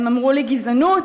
הם אמרו לי: גזענות,